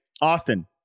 Austin